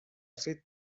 ser